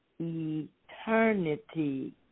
eternity